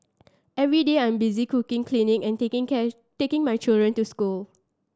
every day I'm busy cooking cleaning and taking taking my children to school